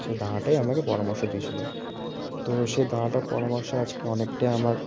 সেই দাদাটাই আমাকে পরামর্শ দিয়েছিলো তো সেই দাওয়াটার পরামর্শে আজকে অনেকটাই আমার